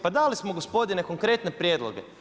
Pa dali smo gospodine konkretne prijedloge.